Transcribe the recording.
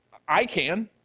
i can.